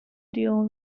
deal